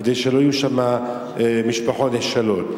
כדי שלא יהיו שם משפחות נחשלות.